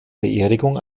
beerdigung